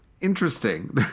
interesting